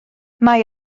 mae